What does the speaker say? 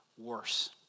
worse